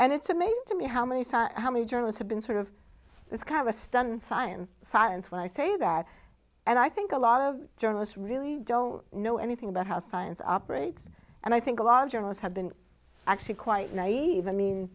and it's amazing to me how many how many journalists have been sort of this kind of a stunt science science when i say that and i think a lot of journalists really don't know anything about how science operates and i think a lot of journalists have been actually quite naive even mean